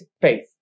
faith